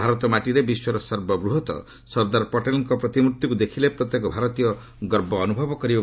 ଭାରତ ମାଟିରେ ବିଶ୍ୱର ସର୍ବବୃହତ୍ ସର୍ଦ୍ଦାର ପଟେଲ୍ଙ୍କ ପ୍ରତିମୂର୍ତ୍ତିକୁ ଦେଖିଲେ ପ୍ରତ୍ୟେକ ଭାରତୀୟ ଗର୍ବ ଅନୁଭବ କରିବେ